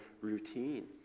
routine